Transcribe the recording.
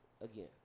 again